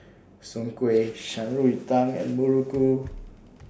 Soon Kuih Shan Rui Tang and Muruku